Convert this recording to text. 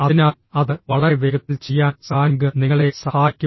അതിനാൽ അത് വളരെ വേഗത്തിൽ ചെയ്യാൻ സ്കാനിംഗ് നിങ്ങളെ സഹായിക്കും